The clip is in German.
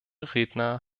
redner